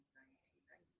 1990